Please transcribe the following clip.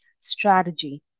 strategy